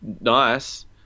nice